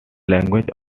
language